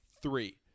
three